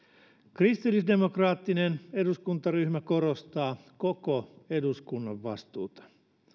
kristillisdemokraattinen eduskuntaryhmä korostaa koko eduskunnan vastuuta